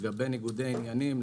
לגבי ניגודי עניינים,